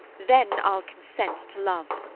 then i'll consent to love.